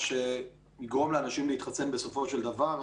שיגרום לאנשים להתחסן בסופו של דבר.